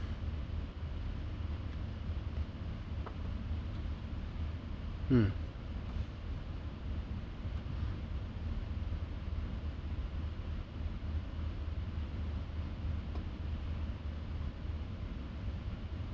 mm